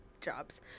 jobs